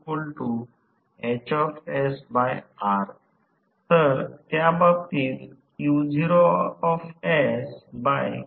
तर आणि T ला जास्तीत जास्त प्रारंभ केल्यास त्या अभिव्यक्तीमध्ये T कमाल 3ω S 0